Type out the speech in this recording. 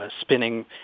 spinning